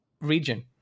region